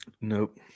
Nope